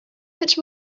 much